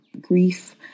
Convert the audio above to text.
grief